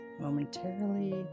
Momentarily